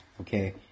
Okay